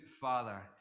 father